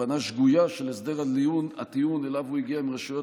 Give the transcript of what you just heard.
הבנה שגויה של הסדר הטיעון שאליו הוא הגיע עם רשויות